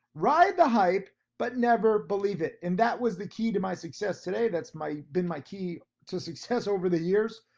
ride the hype, but never believe it. and that was the key to my success, today that's been my key to success over the years.